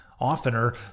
Oftener